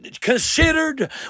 considered